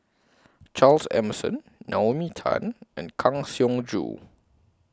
Charles Emmerson Naomi Tan and Kang Siong Joo